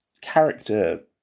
character